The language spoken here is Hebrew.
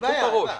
תפתחו את הראש.